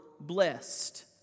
blessed